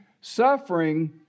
suffering